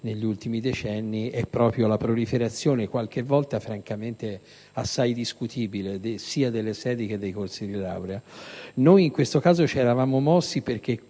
degli ultimi decenni è proprio la proliferazione, qualche volta francamente assai discutibile, sia delle sedi che dei corsi di laurea. Noi, in questo caso, ci eravamo mossi perché